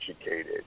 educated